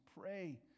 pray